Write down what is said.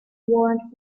warrant